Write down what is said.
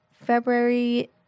February